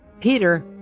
Peter